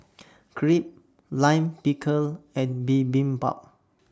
Crepe Lime Pickle and Bibimbap